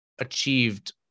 achieved